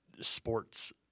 sports